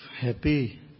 happy